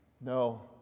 No